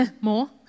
more